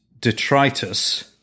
detritus